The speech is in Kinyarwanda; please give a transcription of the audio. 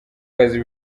kazi